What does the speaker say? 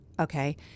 okay